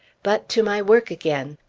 but to my work again!